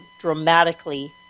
dramatically